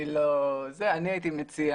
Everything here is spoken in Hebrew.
אני הייתי מציע